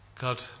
God